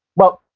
well,